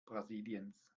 brasiliens